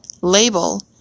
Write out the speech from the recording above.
label